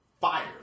fire